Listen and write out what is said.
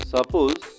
Suppose